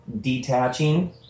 detaching